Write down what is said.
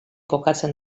kokatzen